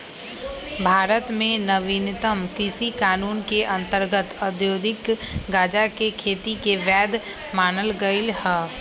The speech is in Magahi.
भारत में नवीनतम कृषि कानून के अंतर्गत औद्योगिक गजाके खेती के वैध मानल गेलइ ह